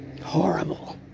horrible